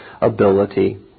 ability